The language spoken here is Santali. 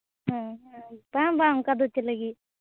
ᱦᱮᱸ ᱦᱮᱸ ᱵᱟᱝ ᱵᱟᱝ ᱚᱱᱠᱟ ᱫᱚ ᱪᱮᱫ ᱞᱟᱹᱜᱤᱫ